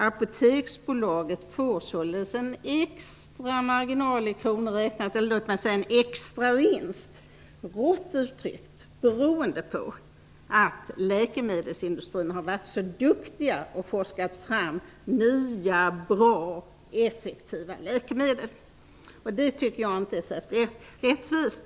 Apoteksbolaget får således en extra marginal i kronor räknat, eller rått uttryckt en extra vinst beroende på att läkemedelsindustrin har varit så duktig och forskat fram nya, bra och effektiva läkemedel. Det tycker jag inte är särskilt rättvist.